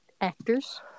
Actors